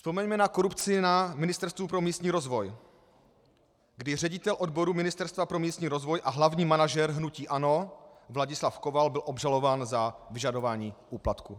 Vzpomeňme na korupci na Ministerstvu pro místní rozvoj, kdy ředitel odboru Ministerstva pro místní rozvoj a hlavní manažer hnutí ANO Vladislav Koval byl obžalován za vyžadování úplatku.